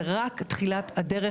זו רק תחילת הדרך.